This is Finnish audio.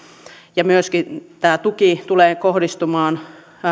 ja myöskin tämä tuki tulee kohdistumaan